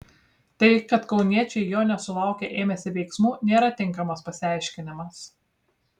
tai kad kauniečiai jo nesulaukę ėmėsi veiksmų nėra tinkamas pasiaiškinimas